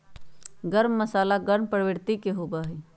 गर्म मसाला गर्म प्रवृत्ति के होबा हई